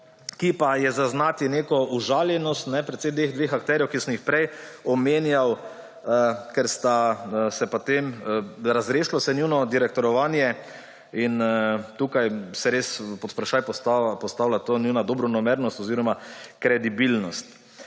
kjer pa je zaznati neko užaljenost, predvsem dveh akterjev, ki sem jih prej omenjal, ker se je potem razrešilo njuno direktorovanje. In tukaj se pod vprašaj postavlja ta njuna dobronamernost oziroma kredibilnost.